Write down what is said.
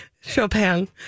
Chopin